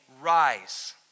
rise